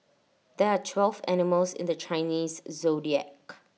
there are twelve animals in the Chinese Zodiac